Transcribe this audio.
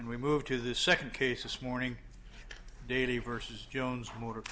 and we move to the second case this morning daley versus jones mo